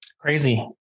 Crazy